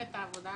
את העבודה